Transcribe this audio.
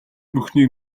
бүхнийг